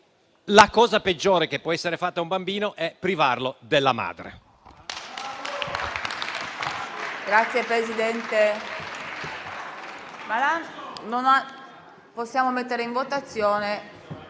la cosa peggiore che può essere fatta a un bambino sia privarlo della madre.